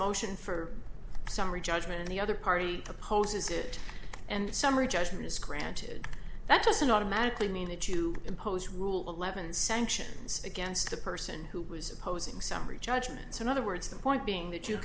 motion for summary judgment and the other party opposes it and summary judgment is granted that doesn't automatically mean that you impose rule eleven sanctions against the person who was opposing summary judgment in other words the point being that you